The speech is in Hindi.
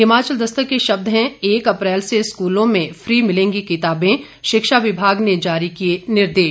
हिमाचल दस्तक के शब्द हैं एक अप्रैल से स्क्रलों में फी मिलेंगी किताबें शिक्षा विभाग ने जारी किए निर्देश